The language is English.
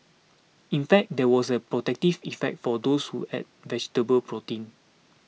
in fact there was a protective effect for those who ate vegetable protein